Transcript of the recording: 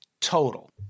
total